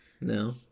No